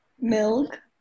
Milk